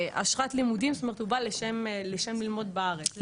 אשרת לימודים, זאת אומרת הוא בא לשם ללמוד בארץ.